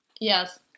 Yes